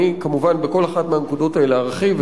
אני כמובן בכל אחת מהנקודות האלה ארחיב,